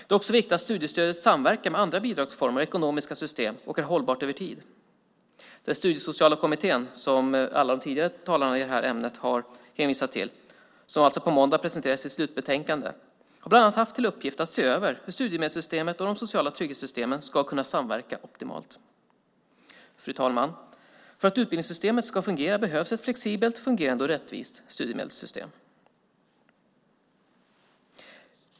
Det är också viktigt att studiestödet samverkar med andra bidragsformer och ekonomiska system och är hållbart över tid. Studiesociala kommittén, som alla de tidigare talarna i detta ämne har hänvisat till, presenterar på måndag sitt slutbetänkande. Den har bland annat haft till uppgift att se över hur studiemedelssystemet och de sociala trygghetssystemen ska kunna samverka optimalt. Fru talman! För att utbildningssystemet ska fungera behövs ett flexibelt, fungerande och rättvist studiemedelssystem.